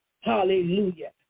hallelujah